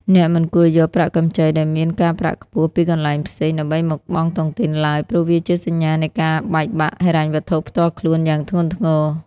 អ្នកមិនគួរយក "ប្រាក់កម្ចីដែលមានការប្រាក់ខ្ពស់" ពីកន្លែងផ្សេង ដើម្បីមកបង់តុងទីនឡើយ ព្រោះវាជាសញ្ញានៃការបែកបាក់ហិរញ្ញវត្ថុផ្ទាល់ខ្លួនយ៉ាងធ្ងន់ធ្ងរ។